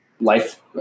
life